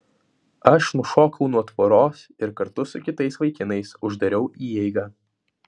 aš nušokau nuo tvoros ir kartu su kitais vaikinais uždariau įeigą